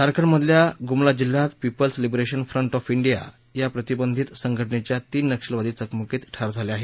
झारखंडमधल्या गुमला जिल्ह्यात People's Liberation Front of India या प्रतिबंधित संघटनेच्या तीन नक्षलवादी चकमकीत ठार झाले आहेत